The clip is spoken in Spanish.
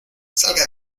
salga